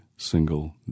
single